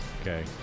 Okay